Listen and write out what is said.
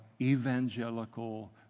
evangelical